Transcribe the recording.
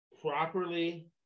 properly